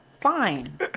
fine